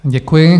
Děkuji.